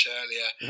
earlier